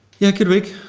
yeah good week.